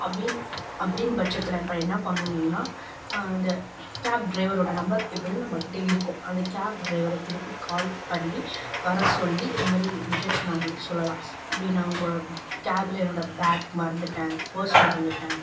அப்படின் அப்படின்னு பட்சத்தில் இப்போ என்ன பண்ணணும்னா இந்த கேப் ட்ரைவரோடய நம்பர் எப்படியும் நம்மக்கிட்ட இருக்கும் அந்த கேப் ட்ரைவரை திருப்பி கால் பண்ணி வர சொல்லி இந்த மாதிரி இன் இன்ஜக்ஷன் அவங்கக்கிட்ட சொல்லலாம் இப்படி நான் உங்கள் கேப்ல என்னோடய பேக் மறந்துவிட்டேன் பர்ஸ் மறந்துவிட்டேன்